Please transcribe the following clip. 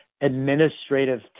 administrative